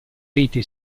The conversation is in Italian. rete